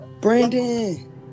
Brandon